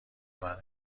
منه